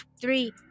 three